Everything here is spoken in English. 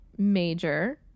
Major